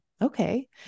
okay